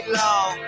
long